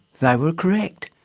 they were correct.